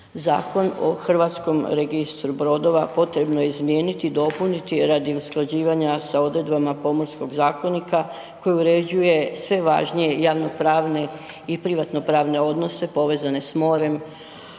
Zakon o HRB potrebno je izmijeniti i dopuniti radi usklađivanja sa odredbama Pomorskog zakonika koji uređuje sve važnije javnopravne i privatnopravne odnose povezane s morem,